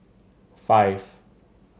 five